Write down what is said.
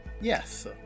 yes